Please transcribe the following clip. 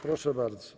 Proszę bardzo.